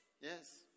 Yes